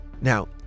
Now